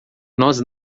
nós